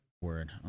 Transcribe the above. Word